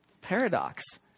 Paradox